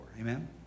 amen